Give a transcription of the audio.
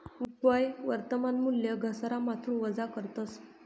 निव्वय वर्तमान मूल्य घसारामाथून वजा करतस